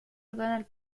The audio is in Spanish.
donald